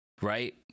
right